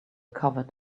covered